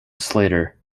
slater